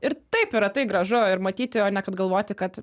ir taip yra tai gražu ir matyti o ne kad galvoti kad